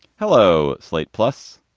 hello, slate plus.